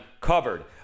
covered